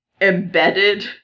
embedded